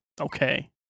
Okay